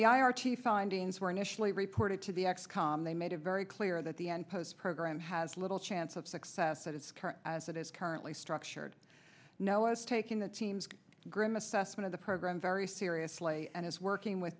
the i r t findings were initially reported to the x com they made it very clear that the end post program has little chance of success at its current as it is currently structured no it's taking the team's grim assessment of the program very seriously and is working with